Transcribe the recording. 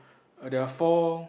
err there are four